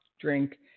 drink